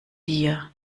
dir